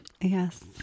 yes